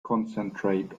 concentrate